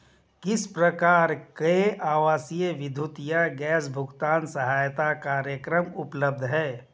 किस प्रकार के आवासीय विद्युत या गैस भुगतान सहायता कार्यक्रम उपलब्ध हैं?